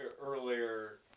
earlier